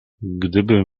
gdybym